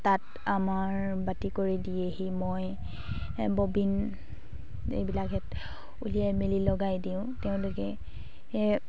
তাত আমাৰ বাতি কৰি দিয়েহি মই ববিন এইবিলাকহেঁত উলিয়াই মেলি লগাই দিওঁ তেওঁলোকে